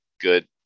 good